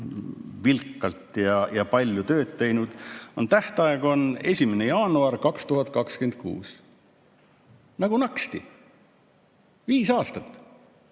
vilkalt palju tööd teinud, on tähtaeg 1. jaanuar 2026. Nagu naksti viis aastat!